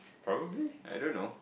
probably I don't know